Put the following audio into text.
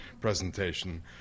presentation